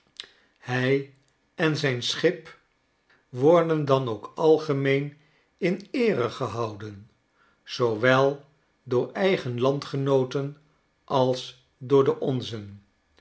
hij en zijn schip worden dan ook algemeen in eere gehouden zoowel door eigen landgenooten als door de onzen